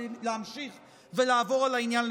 להמשיך ולעבור על העניין לסדר-היום.